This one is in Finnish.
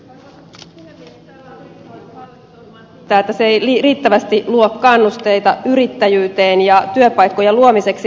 täällä on kritisoitu hallitusohjelmaa siitä että se ei riittävästi luo kannusteita yrittäjyyteen ja työpaikkojen luomiseksi